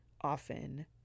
often